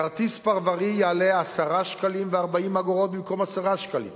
כרטיס פרברי יעלה 10.40 ש"ח במקום 10 ש"ח.